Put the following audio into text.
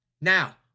Now